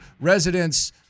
residents